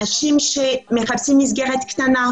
אנשים שמחפשים מסגרת קטנה,